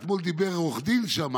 אתמול דיבר עורך דין שם